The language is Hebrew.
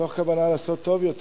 מתוך כוונה לעשות טוב יותר,